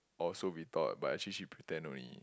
or so we thought but actually she pretend only